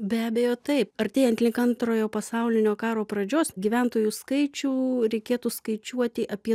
be abejo taip artėjant link antrojo pasaulinio karo pradžios gyventojų skaičių reikėtų skaičiuoti apie